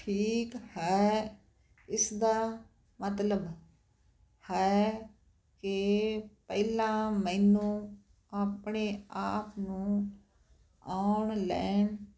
ਠੀਕ ਹੈ ਇਸਦਾ ਮਤਲਬ ਹੈ ਕਿ ਪਹਿਲਾਂ ਮੈਨੂੰ ਆਪਣੇ ਆਪ ਨੂੰ ਔਨਲੈਨ